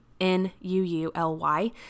N-U-U-L-Y